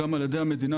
גם על ידי המדינה,